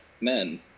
men